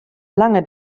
lange